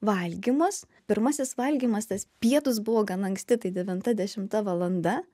valgymus pirmasis valgymas tas pietūs buvo gan anksti tai devinta dešimta valanda